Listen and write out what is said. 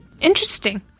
Interesting